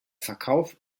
verkauf